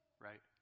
right